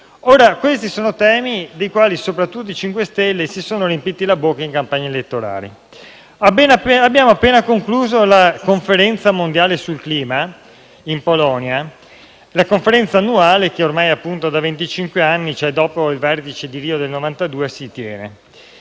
Ora, questi sono temi dei quali soprattutto i 5 Stelle si sono riempiti la bocca in campagna elettorale. Abbiamo appena concluso la Conferenza mondiale sul clima in Polonia, una conferenza annuale che si tiene ormai da venticinque anni, dopo il vertice di Rio del 1992. Ebbene,